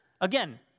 again